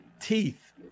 teeth